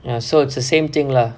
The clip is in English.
you know so it's the same thing lah